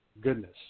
goodness